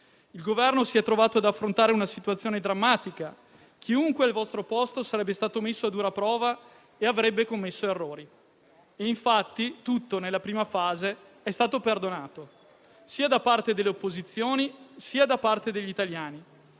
Il Governo si è trovato ad affrontare una situazione drammatica: chiunque al vostro posto sarebbe stato messo a dura prova e avrebbe commesso errori; e infatti, tutto nella prima fase è stato perdonato, sia da parte delle opposizioni, sia da parte degli italiani: